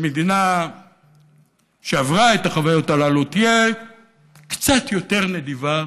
שמדינה שעברה את החוויות הללו תהיה קצת יותר נדיבה